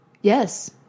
Yes